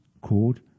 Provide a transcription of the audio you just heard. called